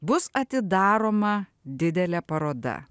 bus atidaroma didelė paroda